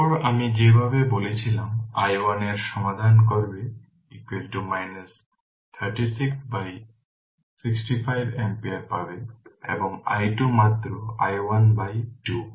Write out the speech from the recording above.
তারপর আমি যেভাবে বলেছিলাম i1 এর সমাধান করবে 36 বাই 65 ampere পাবে এবং i2 মাত্র i1 বাই 2